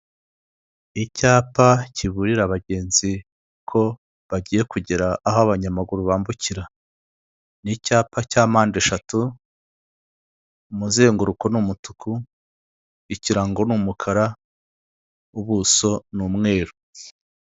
Icyapa kiburira abagenzi ko bagiye kugera aho abanyamaguru bambukira, n'icyapa cya mpande eshatu, umuzenguruko n'umutuku, ikirango n'umukara, ubuso n'umweru.